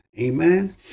Amen